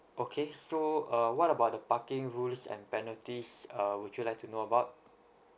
okay so uh what about the parking rules and penalties uh would you like to know about